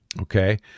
Okay